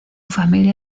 familia